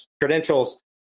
credentials